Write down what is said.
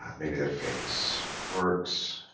um maybe their famous works